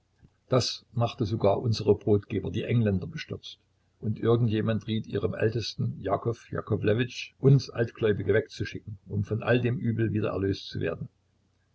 dies machte sogar unsere brotgeber die engländer bestürzt und irgendjemand riet ihrem ältesten jakow jakowlewitsch uns altgläubige wegzuschicken um von all dem übel wieder erlöst zu werden